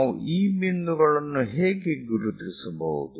ನಾವು ಈ ಬಿಂದುಗಳನ್ನು ಹೀಗೆ ಗುರುತಿಸಬಹುದು